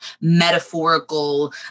metaphorical